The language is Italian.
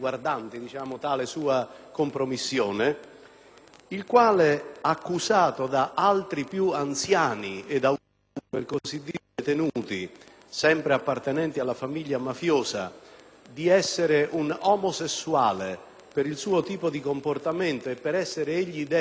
il quale, accusato da altri più anziani ed autorevoli - per così dire - detenuti, sempre appartenenti alla famiglia mafiosa, di essere un omosessuale per il suo comportamento e per essere dedito alla composizione di versi poetici,